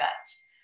guts